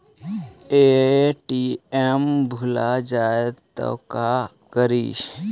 ATM भुला जाये त का करि?